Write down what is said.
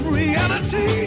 reality